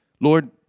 Lord